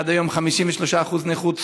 עד היום 53% נכות,